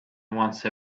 once